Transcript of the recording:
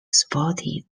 sporty